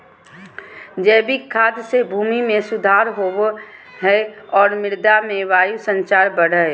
जैविक खाद से भूमि में सुधार होवो हइ और मृदा में वायु संचार बढ़ो हइ